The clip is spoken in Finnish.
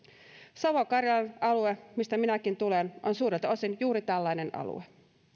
savo karjalan alue mistä minäkin tulen on suurelta osin juuri tällainen alue